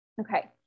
Okay